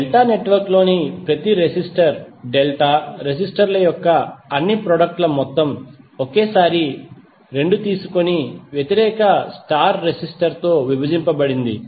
delta network లోని ప్రతి resistor delta resistor ల యొక్క అన్ని ప్రొడక్ట్ ల మొత్తం ఒకేసారి 2 తీసుకొని వ్యతిరేక స్టార్ రెసిస్టర్ తో విభజించబడింది